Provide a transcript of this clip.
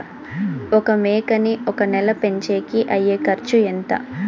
ఒక మేకని ఒక నెల పెంచేకి అయ్యే ఖర్చు ఎంత?